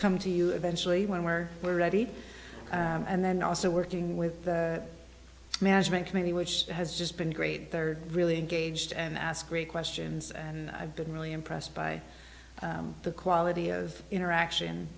come to you eventually when we're already and then also working with the management committee which has just been great they're really engaged and ask great questions and i've been really impressed by the quality of interaction